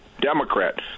Democrat